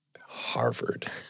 Harvard